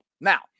now